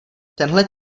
tenhle